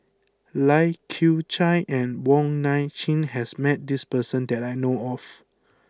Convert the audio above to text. Lai Kew Chai and Wong Nai Chin has met this person that I know of